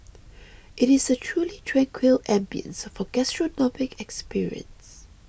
it is a truly tranquil ambience for gastronomic experience